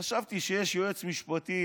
חשבתי שיש יועץ משפטי.